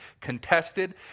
contested